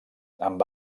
amb